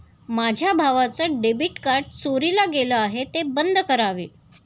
माझ्या भावाचं debit card चोरीला गेलं आहे, ते बंद करावे